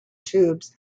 tubes